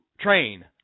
train